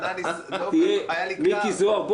מיקי זוהר,